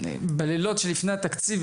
שבלילות שלפני התקציב,